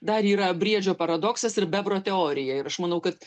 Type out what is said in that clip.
dar yra briedžio paradoksas ir bebro teorija ir aš manau kad